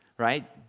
Right